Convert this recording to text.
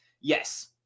Yes